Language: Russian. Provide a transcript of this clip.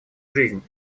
жизнь